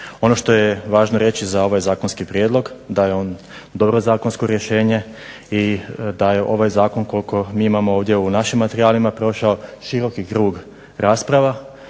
Ono što je važno reći za ovaj zakonski prijedlog da je on dobro zakonsko rješenje i da je ovaj zakon koliko mi imamo ovdje u našim materijalima prošao široki krug rasprava